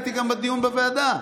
הייתי גם בדיון בוועדה.